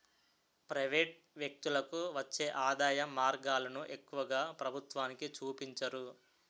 private వ్యక్తులకు వచ్చే ఆదాయం మార్గాలను ఎక్కువగా ప్రభుత్వానికి చూపించరు